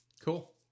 Cool